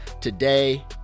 today